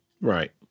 Right